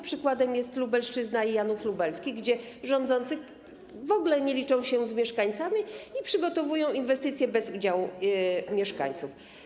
Przykładem jest Lubelszczyzna i Janów Lubelski, gdzie rządzący w ogóle nie liczą się z mieszkańcami i przygotowują inwestycje bez udziału mieszkańców.